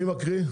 מי מקריא?